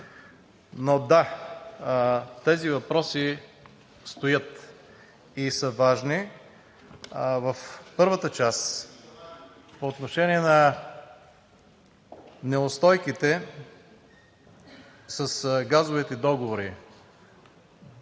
Но да, тези въпроси стоят и са важни. В първата част – по отношение на неустойките с газовите договори,